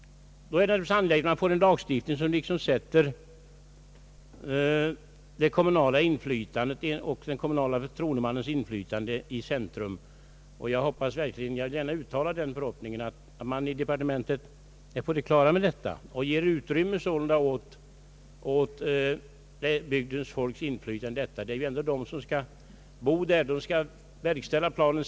Det är därför angeläget att få en lagstiftning som sätter det kommunala inflytandet och de kommunala förtroendemännens inflytande i centrum. Jag uttalar den förhoppningen att man inom departementet är på det klara med detta och ger utrymme för dessa önskemål. Det är bygdens folk, de som bor där, som skall förverkliga planen.